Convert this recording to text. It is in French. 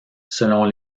selon